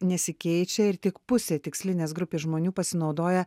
nesikeičia ir tik pusė tikslinės grupės žmonių pasinaudoja